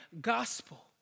gospel